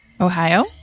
Ohio